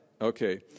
okay